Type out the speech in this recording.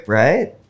right